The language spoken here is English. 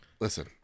listen